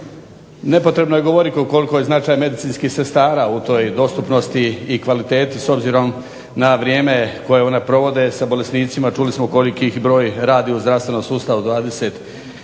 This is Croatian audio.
Nepotrebno je govoriti koliko je značaj medicinskih sestara u toj dostupnosti i kvaliteti, s obzirom na vrijeme koje one provode sa bolesnicima, čuli smo koliki ih broj radi u zdravstvenom sustavu 22